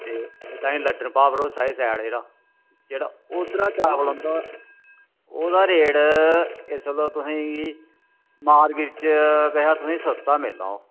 ते ताईं लड्डन पाभरोसे आह्ली सैड जेह्ड़ा जेह्ड़ा ओद्धरा चावल आंदा ओह्दा रेट इस तुहेंगी मार्किट च शा सस्ता लैना ओह्